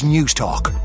Newstalk